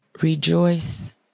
Rejoice